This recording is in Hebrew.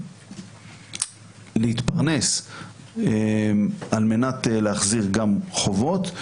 להתפרנס על מנת להחזיר גם חובות.